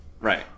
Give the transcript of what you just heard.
Right